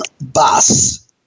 bus